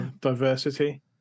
diversity